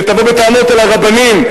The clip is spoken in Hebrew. ותבוא בטענות אל הרבנים.